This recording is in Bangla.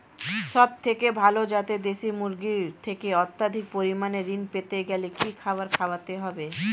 সবথেকে ভালো যাতে দেশি মুরগির থেকে অত্যাধিক পরিমাণে ঋণ পেতে গেলে কি খাবার খাওয়াতে হবে?